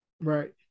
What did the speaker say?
Right